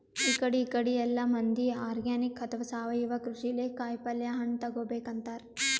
ಇಕಡಿ ಇಕಡಿ ಎಲ್ಲಾ ಮಂದಿ ಆರ್ಗಾನಿಕ್ ಅಥವಾ ಸಾವಯವ ಕೃಷಿಲೇ ಕಾಯಿಪಲ್ಯ ಹಣ್ಣ್ ತಗೋಬೇಕ್ ಅಂತಾರ್